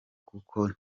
kuko